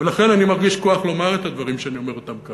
ולכן אני מרגיש כוח לומר את הדברים שאני אומר כאן,